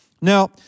Now